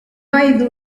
hay